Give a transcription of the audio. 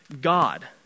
God